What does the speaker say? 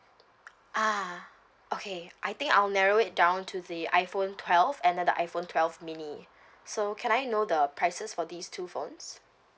ah okay I think I'll narrow it down to the iphone twelve and then the iphone twelve mini so can I know the prices for these two phones